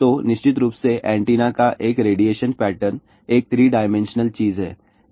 तो निश्चित रूप से एंटीना का एक रेडिएशन पैटर्न एक 3 डायमेंशनल चीज है